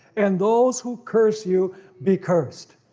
and those who curse you be cursed.